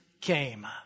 came